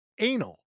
anal